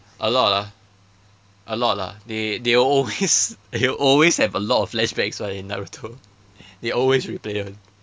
a lot lah a lot lah they they always they always have a lot of flashbacks [one] in naruto they always replay [one]